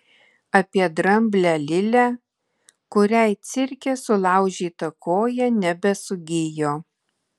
apie dramblę lilę kuriai cirke sulaužyta koja nebesugijo